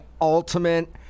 ultimate